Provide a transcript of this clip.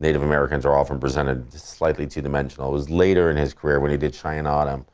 native americans, are often presented slightly two dimensional. it was later in his career when he did cheyenne autumn